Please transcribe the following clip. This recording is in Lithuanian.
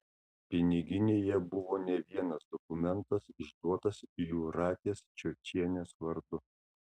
piniginėje buvo ne vienas dokumentas išduotas jūratės čiočienės vardu